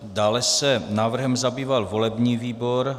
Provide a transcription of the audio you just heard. Dále se návrhem zabýval volební výbor.